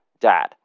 dad